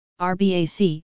RBAC